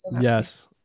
Yes